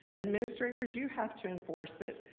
administrators, you have to enforce it.